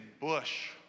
bush